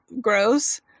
gross